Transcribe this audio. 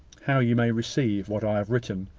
how you may receive what i have written,